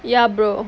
ya brother